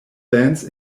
bands